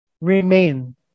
remain